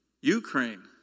Ukraine